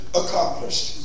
accomplished